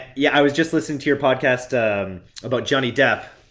yeah i was just listening to your podcast about johnny depp,